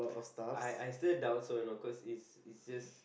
I I still doubt so you know cause it's it's just